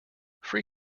free